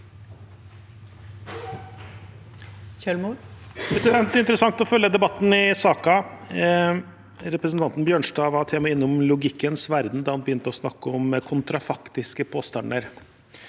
Det er interes- sant å følge debatten i saken. Representanten Bjørnstad var til og med innom logikkens verden da han begynte å snakke om kontrafaktiske påstander.